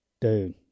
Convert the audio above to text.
Dude